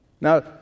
Now